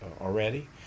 already